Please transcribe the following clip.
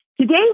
Today